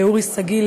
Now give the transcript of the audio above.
אורי שגיא,